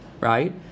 right